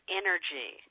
energy